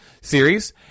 series